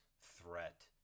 threat